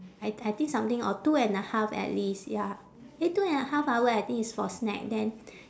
I I think something or two and a half at least ya eh two and a half hour I think it's for snack then